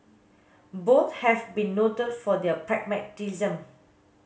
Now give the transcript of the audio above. both have been noted for their pragmatism